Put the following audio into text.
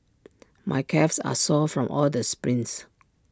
my calves are sore from all the sprints